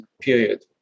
period